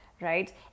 right